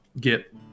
get